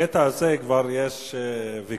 בקטע הזה כבר יש ויכוח,